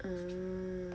mmhmm